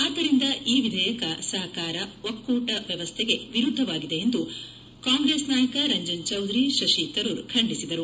ಆದ್ದರಿಂದ ಈ ವಿಧೇಯಕ ಸಹಕಾರ ಒಕ್ಕೂಟ ವ್ಯವಸ್ಥೆಗೆ ವಿರುದ್ದವಾಗಿದೆ ಎಂದು ಕಾಂಗ್ರೆಸ್ ನಾಯಕ ರಂಜನ್ ಚೌಧುರಿ ಶಶಿ ತರೂರ್ ಖಂಡಿಸಿದರು